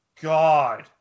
God